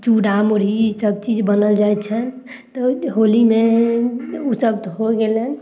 चूड़ा मुरही सभचीज बनल जाइ छनि तऽ होलीमे उ सभ तऽ हो गेलनि